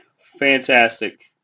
fantastic